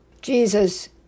Jesus